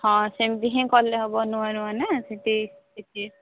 ହଁ ସେମିତି ହିଁ କଲେ ହେବ ନୂଆ ନୂଆ ନା ସେଠି କିଛି